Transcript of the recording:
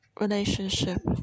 relationship